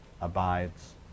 abides